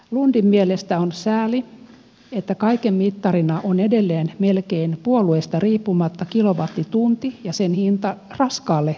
lundin mielestä on sääli että kaiken mittarina on edelleen melkein puolueesta riippumatta kilowattitunti ja sen hinta raskaalle teollisuudelle